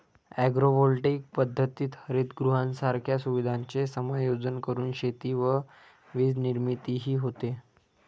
agrovoltaic पद्धतीत हरितगृहांसारख्या सुविधांचे समायोजन करून शेती व वीजनिर्मितीही होते